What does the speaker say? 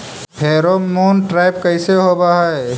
Pheromone trap कैसे होब हई?